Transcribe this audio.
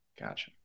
Gotcha